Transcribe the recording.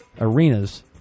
arenas